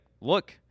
look